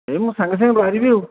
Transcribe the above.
ଏ ମୁଁ ସାଙ୍ଗେ ସାଙ୍ଗେ ବାହାରିବି ଆଉ